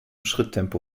schritttempo